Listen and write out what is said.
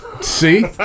See